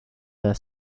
their